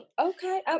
okay